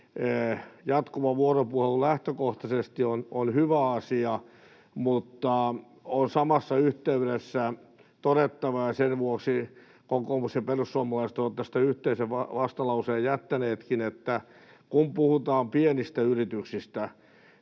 jatkuva vuoropuhelu lähtökohtaisesti on hyvä asia, mutta on samassa yhteydessä todettava — ja sen vuoksi kokoomus ja perussuomalaiset ovat tästä yhteisen vastalauseen jättäneetkin — että kun puhutaan pienistä yrityksistä,